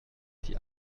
die